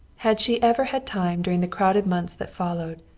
had she ever had time during the crowded months that followed,